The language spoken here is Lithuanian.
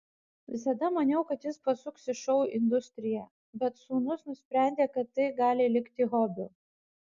visada maniau kad jis pasuks į šou industriją bet sūnus nusprendė kad tai gali likti hobiu